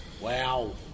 Wow